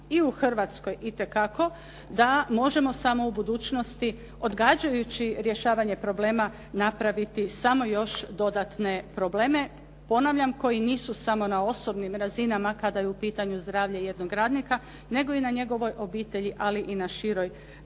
i u Hrvatskoj itekako da možemo samo u budućnosti odgađajući rješavanje problema napraviti samo još dodatne probleme, ponavljam koji nisu samo na osobnim razinama kada je u pitanju zdravlje jednog radnika nego i na njegovoj obitelji ali i na široj